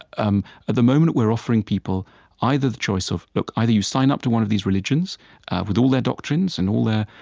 um at the moment, we're offering people either the choice of look, either you sign up to one of these religions with all their doctrines and all their